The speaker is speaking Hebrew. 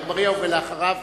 אגבאריה, ואחריו,